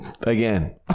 Again